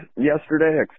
yesterday